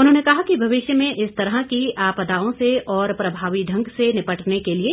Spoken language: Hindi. उन्होंने कहा कि भविष्य में इस तरह की आपदाओं से और प्रभावी ढंग से निपटने के लिए